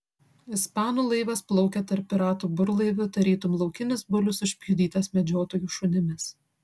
ispanų laivas plaukė tarp piratų burlaivių tarytum laukinis bulius užpjudytas medžiotojų šunimis